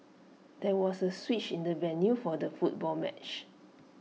there was A switch in the venue for the football match